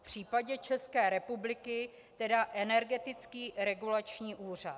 V případě České republiky tedy Energetický regulační úřad.